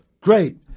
Great